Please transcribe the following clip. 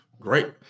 Great